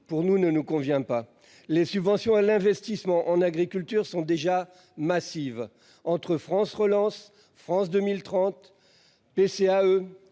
pour nous ne nous convient pas les subventions à l'investissement en agriculture sont déjà massive entre France relance France 2030. PCAE